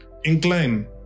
Incline